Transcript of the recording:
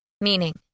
Meaning